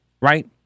right